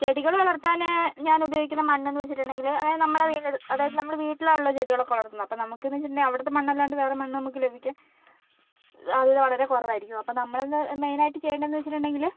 ചെടികൾ വളർത്താന് ഞാൻ ഉപയോഗിക്കുന്ന മണ്ണ് എന്ന് വെച്ചിട്ടുണ്ടെങ്കില് അതായത് നമ്മള് വീട്ടില് അതായത് നമ്മൾ വീട്ടിലാണല്ലോ ചെടികൾ ഒക്കെ വളർത്തുന്നത് അപ്പോൾ നമുക്ക് എന്ന് വെച്ചിട്ടുണ്ടേൽ അവിടുത്തെ മണ്ണ് അല്ലാണ്ട് വേറെ മണ്ണ് നമുക്ക് ലഭിക്കാൻ സാധ്യത വളരെ കുറവായിരിക്കും അപ്പോൾ നമ്മൾ എന്താ മെയിൻ ആയിട്ട് ചെയ്യേണ്ടത് എന്ന് വെച്ചിട്ടുണ്ടെങ്കില്